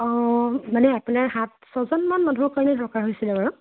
অ' মানে আপোনাৰ সাত ছয়জনমান মানুহৰ কাৰণে দৰকাৰ হৈছিলে আৰু